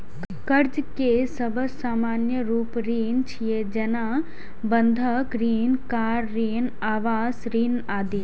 कर्ज के सबसं सामान्य रूप ऋण छियै, जेना बंधक ऋण, कार ऋण, आवास ऋण आदि